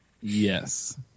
Yes